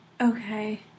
okay